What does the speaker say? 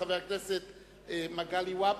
חבר הכנסת מגלי והבה.